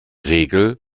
regel